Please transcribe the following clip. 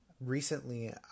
recently